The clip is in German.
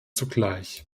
zugleich